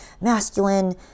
masculine